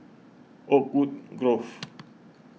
Oakwood Grove